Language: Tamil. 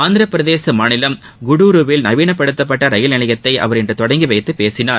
ஆந்திரபிரதேச மாநிலம் குரேரவில் நவீனப்படுத்தப்பட்ட ரயில் நிலையத்தை அவர் இன்று தொடங்கிவைத்து பேசினார்